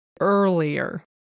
earlier